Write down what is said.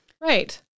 right